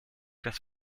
des